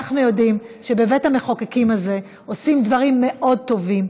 אנחנו יודעים שבבית המחוקקים הזה עושים דברים מאוד טובים.